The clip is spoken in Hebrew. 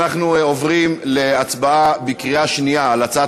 אנחנו עוברים להצבעה בקריאה שנייה על הצעת